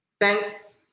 thanks